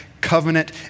covenant